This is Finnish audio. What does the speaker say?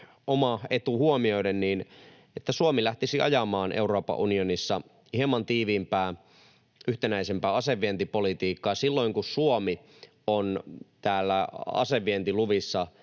omaa etua huomioiden — että Suomi lähtisi ajamaan Euroopan unionissa hieman tiiviimpää, yhtenäisempää asevientipolitiikkaa, kun Suomi on täällä asevientiluvissa